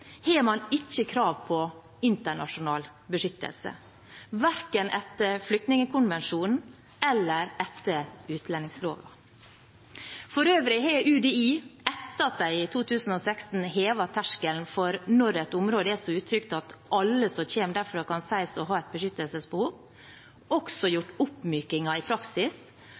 har man ikke krav på internasjonal beskyttelse, verken etter flyktningkonvensjonen eller etter utlendingsloven. For øvrig har UDI – etter at de i 2016 hevet terskelen for når et område er så utrygt at alle som kommer derfra, kan sies å ha et beskyttelsesbehov – også gjort oppmykinger i praksis